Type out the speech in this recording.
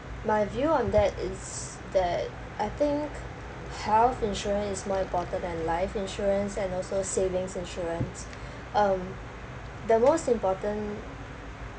my view on that is that I think health insurance is more important than life insurance and also savings insurance um the most important